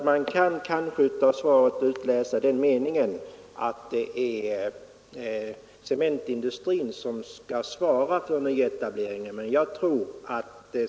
Man kunde nämligen av svaret utläsa den meningen att det är cementindustrin som skall svara för nyetableringen.